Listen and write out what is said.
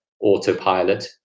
autopilot